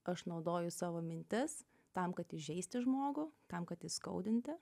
aš naudoju savo mintis tam kad įžeisti žmogų tam kad įskaudinti